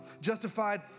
Justified